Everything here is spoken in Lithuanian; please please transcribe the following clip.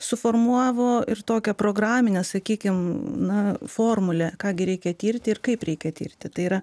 suformavo ir tokią programinę sakykim na formulę ką gi reikia tirti ir kaip reikia tirti tai yra